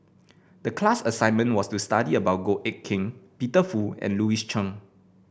the class assignment was to study about Goh Eck Kheng Peter Fu and Louis Chen